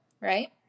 right